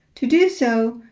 to do so,